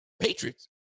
Patriots